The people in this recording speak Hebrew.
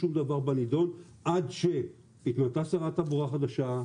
שום דבר בנידון עד שהתמנתה שרת תחבורה חדשה,